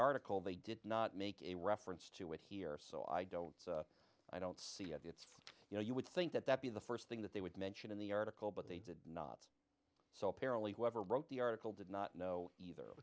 article they did not make a reference to it here so i don't i don't see if it's you know you would think that that be the st thing that they would mention in the article but they did not say so apparently whoever wrote the article did not know either